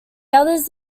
others